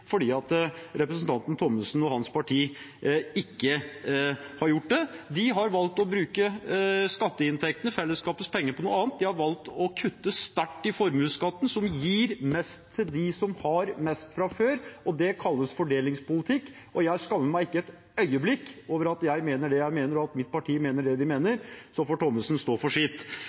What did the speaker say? representanten Thommessen og hans parti ikke har gjort det. De har valgt å bruke skatteinntektene, fellesskapets penger, på noe annet, de har valgt å kutte sterkt i formuesskatten, som gir mest til dem som har mest fra før. Det kalles fordelingspolitikk, og jeg skammer meg ikke et øyeblikk over at jeg mener det jeg mener, og at mitt parti mener det det mener. Så får Thommessen stå for sitt.